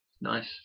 Nice